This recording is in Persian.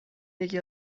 یکی